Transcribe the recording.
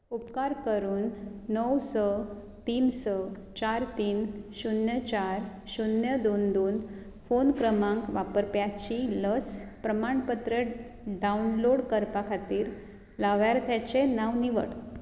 उपकार करून णव स तीन स चार तीन शुन्य चार शुन्य दोन दोन फोन क्रमांक वापरप्याची लस प्रमाणपत्र डावनलोड करपा खातीर लावार्थ्याचें नांव निवड